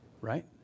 Right